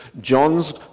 John's